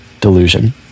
delusion